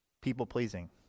People-pleasing